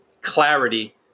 clarity